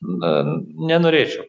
na nenorėčiau